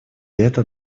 эта